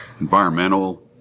environmental